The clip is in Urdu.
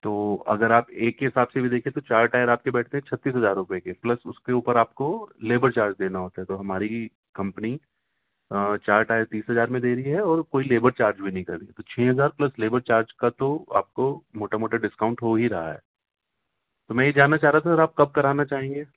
تو اگر آپ ایک کے حساب سے بھی دیکھیں تو چار ٹائر آپ کے بیٹھے ہیں چھتیس ہزار روپے کے پلس اس کے اوپر آپ کو لیبر چارج دینا ہوتا ہے تو ہماری کمپنی چار ٹائر تیس ہزار میں دے رہی ہے اور کوئی لیبر چارج بھی نہیں کر رہی ہے تو چھ ہزار پلس لیبر چارج کا تو آپ کو موٹا موٹا ڈسکاؤنٹ ہو ہی رہا ہے تو میں یہ جاننا چاہ رہا تھا سر آپ کب کرانا چاہیں گے